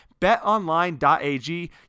betonline.ag